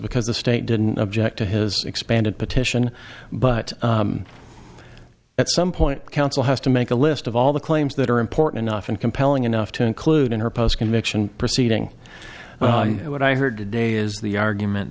because the state didn't object to his expanded petition but at some point counsel has to make a list of all the claims that are important enough and compelling enough to include in her post conviction proceeding what i heard today is the argument